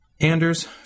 Anders